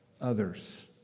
others